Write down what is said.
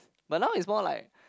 but now is more like